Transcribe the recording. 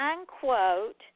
unquote